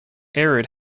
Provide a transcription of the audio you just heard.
arid